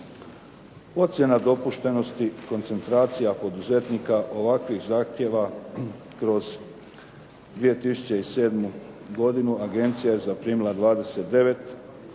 Ocjena dopuštenosti koncentracija poduzetnika ovakvih zahtjeva kroz 2007. godinu agencija je zaprimila 29,